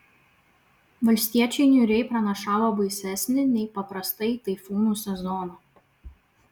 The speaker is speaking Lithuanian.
valstiečiai niūriai pranašavo baisesnį nei paprastai taifūnų sezoną